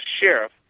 sheriff